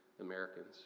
Americans